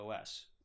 OS